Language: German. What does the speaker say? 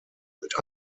mit